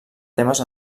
temes